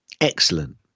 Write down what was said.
excellent